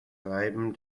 reiben